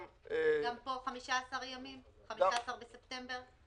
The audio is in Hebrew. גם פה 15 ימים, ל-15 בספטמבר?